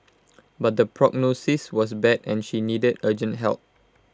but the prognosis was bad and she needed urgent help